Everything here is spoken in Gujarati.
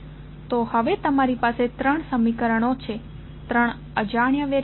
તો હવે તમારી પાસે ત્રણ સમીકરણો છે ત્રણ અજાણ્યા વેરીએબલ છે